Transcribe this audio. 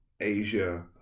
Asia